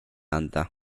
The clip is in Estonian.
anda